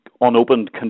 unopened